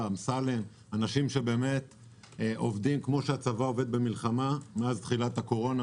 אנשים שעובדים מתחילת הקורונה